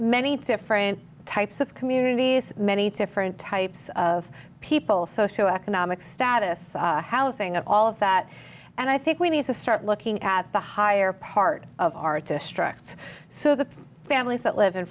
many different types of communities many different types of people socioeconomic status housing and all of that and i think we need to start looking at the higher part of our districts so the families that live in